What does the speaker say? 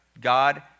God